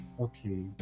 Okay